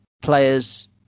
Players